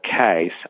case